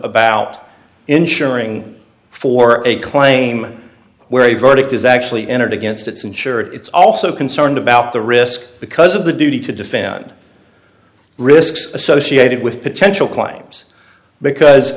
about insuring for a claim where a verdict is actually entered against its insurer it's also concerned about the risks because of the duty to defend risks associated with potential claims because